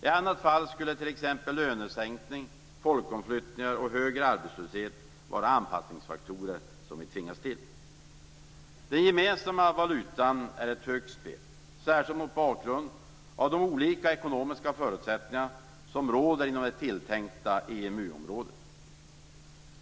I annat fall skulle t.ex. lönesänkning, folkomflyttningar och högre arbetslöshet vara anpassningsfaktorer som vi tvingas till. Den gemensamma valutan är ett högt spel, särskilt mot bakgrund av de olika ekonomiska förutsättningar som råder inom det tilltänkta EMU-området.